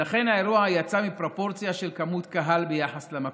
ולכן האירוע יצא מפרופורציה לגבי כמות הקהל ביחס למקום.